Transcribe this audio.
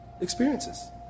experiences